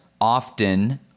often